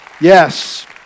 Yes